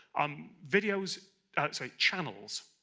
um videos, i'd say channels,